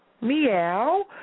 Meow